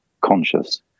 conscious